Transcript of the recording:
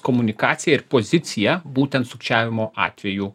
komunikacija ir pozicija būtent sukčiavimo atvejų